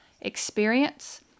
experience